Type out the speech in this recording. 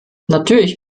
natürlich